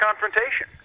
confrontation